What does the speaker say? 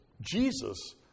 Jesus